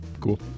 Cool